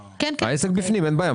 העסק בפנים ואין בעיה.